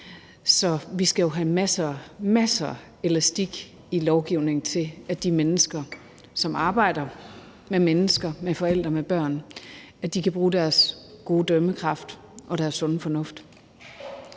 Så vi skal have masser af elastik i lovgivningen til, at de mennesker, som arbejder med mennesker og med forældre med børn, kan bruge deres gode dømmekraft og deres sunde fornuft.